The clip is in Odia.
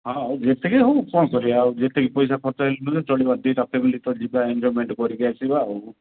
ହଁ ଆଉ ଯେତିକି ହଉ କ'ଣ କରିବା ଆଉ ଯେତିକି ପଇସା ଖର୍ଚ୍ଚ ହେଇଗଲେ ଚଳିବ ଦୁଇଟା ଫ୍ୟାମିଲି ତ ଯିବା ଏନଜୟମେଣ୍ଟ୍ କରିକି ଆସିବା ଆଉ